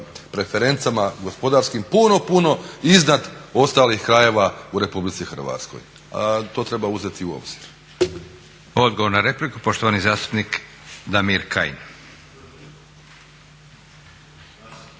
preferencama gospodarskim puno, puno iznad ostalih krajeva u RH. To treba uzeti u obzir. **Leko, Josip (SDP)** Odgovor na repliku, poštovani zastupnik Damir Kajin.